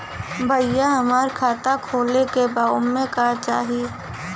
भईया हमार खाता खोले के बा ओमे का चाही?